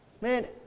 man